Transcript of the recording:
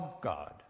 God